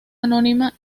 anónima